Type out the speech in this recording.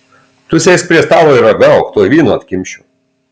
tu sėsk prie stalo ir ragauk tuoj vyno atkimšiu